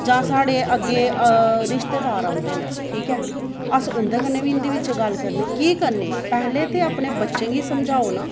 जां साढ़े अग्गै रिश्तेदार औंदे न ठीक ऐ अस उं'दे कन्नै बी हिंदी च गल्ल करने कीऽ करने पैह्लें ते अपने बतच्चें गी समझाओ ना